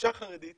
אישה חרדית